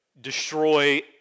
destroy